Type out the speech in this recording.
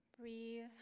Breathe